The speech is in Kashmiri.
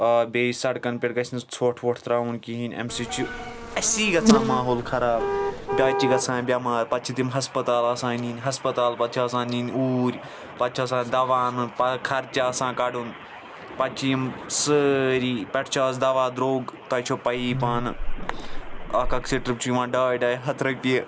آ بیٚیہِ سڑکَن پیٚٹھ گَژھِ نہٕ ژھۄٹھ وۄٹھ ترٛاوُن کِہیٖنٛۍ اَمہِ سٟتۍ چھُ اَسی گژھان ماحول خراب بَچہِ چھِ گژھان بیٚمار پَتہٕ چھِ تِم ہَسپتال آسان نِنۍ ہَسپتال پَتہٕ چھِ آسان نِنۍ اوٗرۍ پَتہٕ چھِ آسان دوا اَنُن پتہٕ خرچہِ آسان کڈُن پَتہٕ چھِ یِم سٲرِی پیٚٹھٕ چھِ اَز دوا درٛۄگ تۅہہِ چھَوٕ پَیِی پانہٕ اَکھ اَکھ سِٹرِپ چھِ یِوان ڈاے ڈاے ہَتھ رۄپیہِ